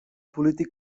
polític